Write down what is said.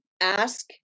ask